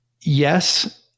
Yes